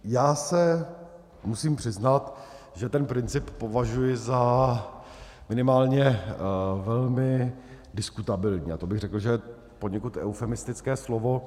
Já se musím přiznat, že ten princip považuji za minimálně velmi diskutabilní, a to bych řekl, že je poněkud eufemistické slovo.